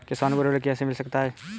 किसानों को ऋण कैसे मिल सकता है?